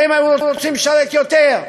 שהם היו רוצים לשרת יותר.